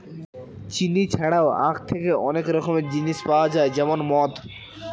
চিনি ছাড়াও আখ থেকে অনেক রকমের জিনিস পাওয়া যায় যেমন মদ